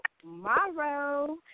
tomorrow